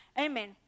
Amen